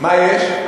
מה יש?